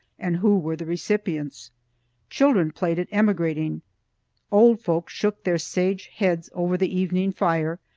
and who were the recipients children played at emigrating old folks shook their sage heads over the evening fire,